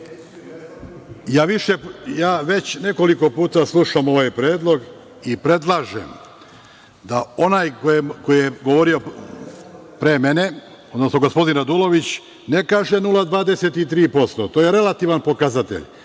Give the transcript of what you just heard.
Već nekoliko puta slušam ovaj predlog i predlažem da onaj koji je govorio pre mene, odnosno gospodin Radulović, ne kaže 0,23%, to je relativan pokazatelj.